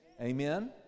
Amen